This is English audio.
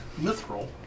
Mithril